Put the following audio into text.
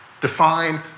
define